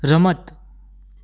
રમત